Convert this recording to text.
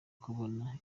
kubona